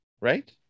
right